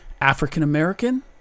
African-American